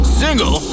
single